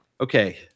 okay